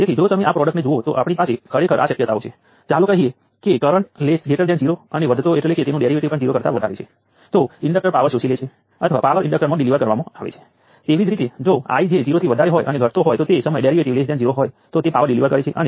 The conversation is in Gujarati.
તેથી મોટી સર્કિટ માટે આપણી પાસે વિશ્લેષણના વ્યવસ્થિત વેવ્સ હોવા જરૂરી છે અને તે જ આપણે અભ્યાસ કરવા જઈ રહ્યા છીએ